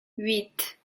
huit